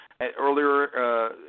Earlier